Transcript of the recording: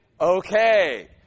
okay